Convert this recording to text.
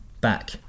back